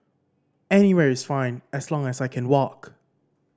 anywhere is fine as long as I can walk